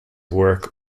work